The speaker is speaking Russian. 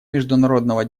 международного